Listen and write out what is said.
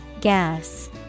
Gas